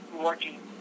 working